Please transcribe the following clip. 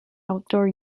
outdoor